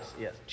yes